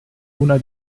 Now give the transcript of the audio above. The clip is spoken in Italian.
una